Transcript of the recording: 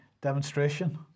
demonstration